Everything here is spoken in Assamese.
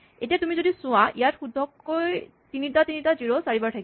এতিয়া তুমি যদি চোৱা ইয়াত শুদ্ধকৈ তিনিটা তিনিটা জিৰ' চাৰিবাৰ থাকিব